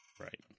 right